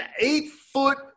eight-foot